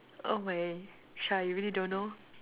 oh my Shah you really don't know